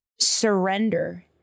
surrender